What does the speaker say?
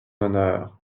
honneur